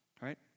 right